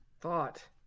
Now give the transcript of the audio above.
thought